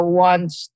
wants